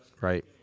right